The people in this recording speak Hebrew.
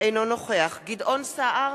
אינו נוכח גדעון סער,